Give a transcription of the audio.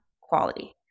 quality